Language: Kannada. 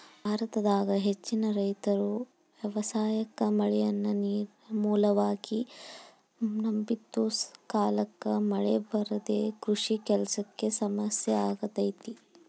ಭಾರತದಾಗ ಹೆಚ್ಚಿನ ರೈತರು ವ್ಯವಸಾಯಕ್ಕ ಮಳೆಯನ್ನ ನೇರಿನ ಮೂಲವಾಗಿ ನಂಬಿದ್ದುಸಕಾಲಕ್ಕ ಮಳೆ ಬರದೇ ಕೃಷಿ ಕೆಲಸಕ್ಕ ಸಮಸ್ಯೆ ಆಗೇತಿ